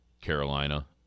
Carolina